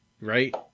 right